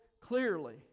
clearly